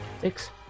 Six